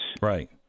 Right